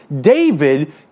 David